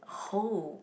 hole